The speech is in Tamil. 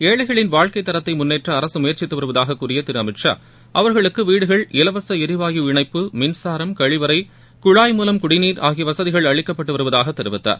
ஏழைகளின் வாழ்க்கை தரத்தை முன்னேற்ற அரசு முயற்சித்து வருவதாக கூறிய திரு அமித் ஷா அவர்களுக்கு வீடுகள் இலவச எரிவாயு இணைப்பு மின்சாரம் கழிவறை குழாய் மூலம் குடிநீர் ஆகிய வசதிகள் அளிக்கப்பட்டு வருவதாக தெரிவித்தார்